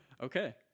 Okay